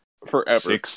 Forever